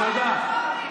תודה.